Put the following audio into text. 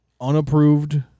unapproved